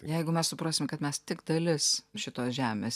jeigu mes suprasime kad mes tik dalis šitos žemės